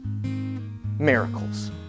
Miracles